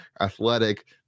athletic